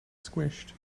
squished